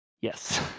Yes